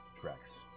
tracks